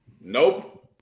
Nope